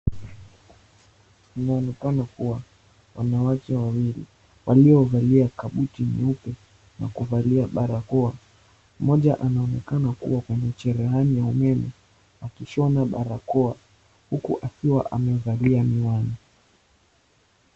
Inaonekana kuwa wanawake wawili waliovalia kabuti nyeupe na kuvalia barakoa. Mmoja anaonekana kuwa kwenye cherehani ya umeme akishona barakoa huku akiwa amevalia miwani.